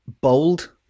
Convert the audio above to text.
bold